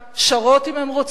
שרות אם הן רוצות,